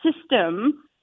system